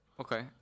Okay